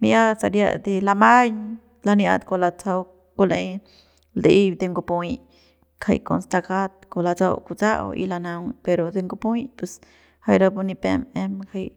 mi'ia saria de lamaiñ laniat kua latsajau kua la'ey de ngupuyi kjay con stakat kua latsau kutsa'au y lanaung pero de ngupuy pues jay rapu ni pep em jay.